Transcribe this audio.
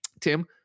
tim